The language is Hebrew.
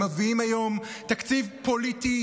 שמביאים היום תקציב פוליטי,